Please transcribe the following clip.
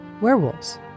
Werewolves